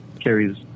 carries